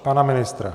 Pana ministra.